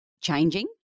changing